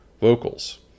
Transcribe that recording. vocals